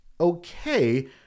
Okay